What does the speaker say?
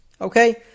Okay